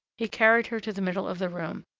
he carried her to the middle of the room,